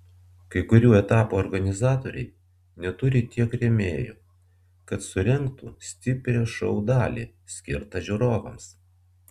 kai kurių etapų organizatoriai neturi tiek rėmėjų kad surengtų stiprią šou dalį skirtą žiūrovams